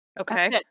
Okay